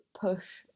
push